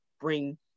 bring